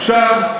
עכשיו,